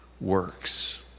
works